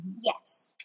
Yes